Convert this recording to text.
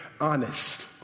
honest